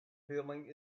feeling